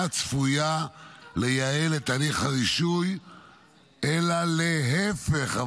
צפויה לייעל את תהליך הרישוי אלא להפך,